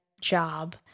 job